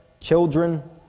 children